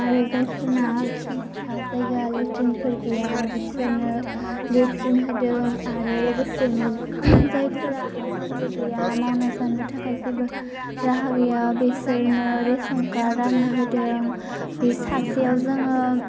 आरो जायफोरना खिग्रा जायगा लेट्रिनफोर गैया बिसोरनो लेट्रिन होदों आरो लोगोसेनो जायफोरा हाफोरबो गैया मावना जानो थाखाय जेबो राहा गैया बेसोरनो रेशन कार्ड रानना होदों बे सासेयाव जोङो